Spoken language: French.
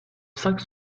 cinq